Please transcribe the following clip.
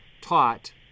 taught